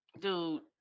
dude